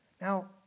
Now